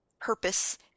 purpose